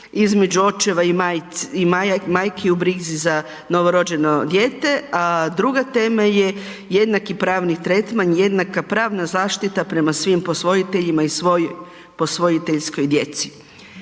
između očeva i majki u brizi za novorođeno dijete, a druga tema je jednaki pravni tretman, jednaka pravna zaštita prema svim posvojiteljima i svoj posvojiteljskoj djeci.